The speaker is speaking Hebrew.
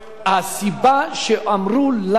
הסיבה שאמרו לנו,